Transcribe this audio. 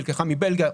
נלקחה מבלגיה,